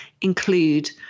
include